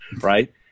right